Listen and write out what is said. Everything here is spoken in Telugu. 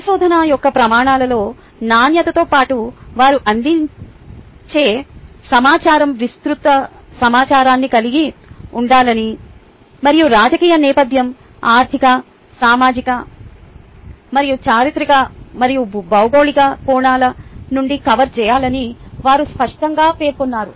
పరిశోధన యొక్క ప్రమాణాలలో నాణ్యతతో పాటు వారు అందించే సమాచారం విస్తృత సమాచారాన్ని కలిగి ఉండాలని మరియు రాజకీయ నేపథ్యం ఆర్థిక సామాజిక మరియు చారిత్రక మరియు భౌగోళిక కోణాల నుండి కవర్ చేయాలని వారు స్పష్టంగా పేర్కొన్నారు